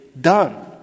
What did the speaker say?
done